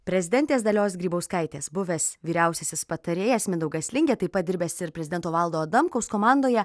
prezidentės dalios grybauskaitės buvęs vyriausiasis patarėjas mindaugas lingė taip pat dirbęs ir prezidento valdo adamkaus komandoje